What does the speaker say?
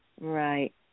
Right